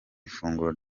ifunguro